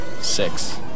Six